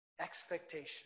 expectation